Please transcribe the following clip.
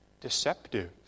deceptive